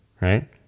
Right